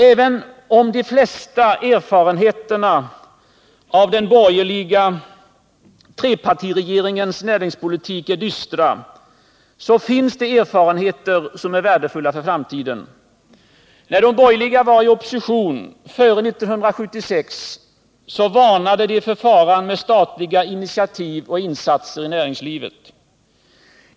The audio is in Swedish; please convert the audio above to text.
Även om de flesta erfarenheterna av den borgerliga trepartiregeringens näringspolitik är dystra, så finns det erfarenheter som är värdefulla för framtiden. När de borgerliga var i opposition före 1976 varnade de för faran med statliga initiativ och insatser i näringslivet.